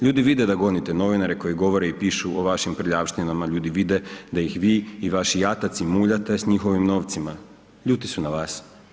Ljudi vide da gonite novinare koji govore i pišu o vašim prljavštinama, ljudi vide da ih vi i vaši jataci muljate s njihovim novcima, ljuti su na vas.